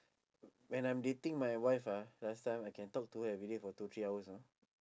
when I'm dating my wife ah last time I can talk to her everyday for two three hours you know